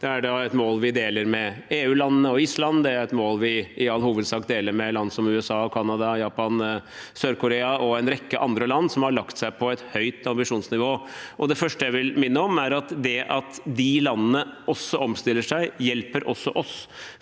Det er et mål vi deler med EU-landene og Island, det er et mål vi i all hovedsak deler med land som USA, Canada, Japan, Sør-Korea og en rekke andre land som har lagt seg på et høyt ambisjonsnivå. Det første jeg vil minne om, er at det at de landene også omstiller seg, også hjelper oss.